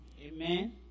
Amen